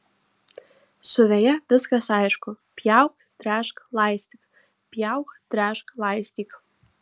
su veja viskas aišku pjauk tręšk laistyk pjauk tręšk laistyk